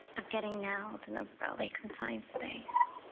of getting nailed in a really confined space.